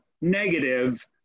negative